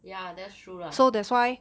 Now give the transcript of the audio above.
yeah that's true lah